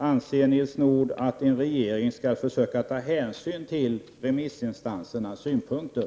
Anser Nils Nordh att en regering skall försöka ta hänsyn till remissinstansernas synpunkter?